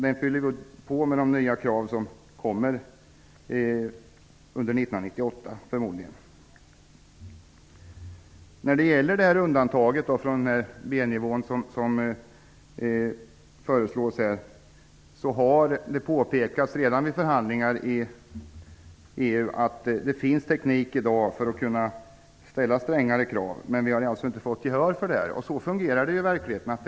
Där fyller vi på med de nya krav som kommer, förmodligen under När det gäller det undantag från B-nivån som föreslås, har det redan vid förhandlingar inom EU påpekats att det i dag finns teknik för att ställa strängare krav, men vi har inte fått gehör för detta. Så fungerar det ju i verkligheten.